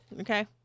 Okay